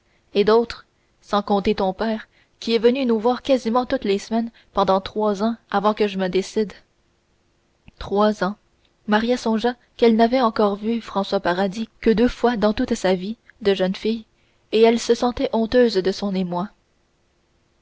et d'autres sans compter ton père qui est venu nous voir quasiment toutes les semaines pendant trois ans avant que je me décide trois ans maria songea qu'elle n'avait encore vu françois paradis que deux fois dans toute sa vie de jeune fille et elle se sentait honteuse de son émoi